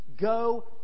Go